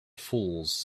fools